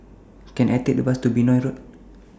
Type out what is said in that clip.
Can I Take The Bus to Benoi Road